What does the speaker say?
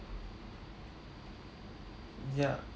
ya